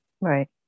Right